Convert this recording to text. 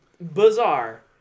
bizarre